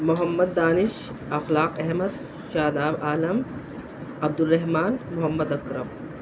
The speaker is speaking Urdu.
محمد دانش اخلاق احمد شاداب عالم عبد الرحمان محمد اکرم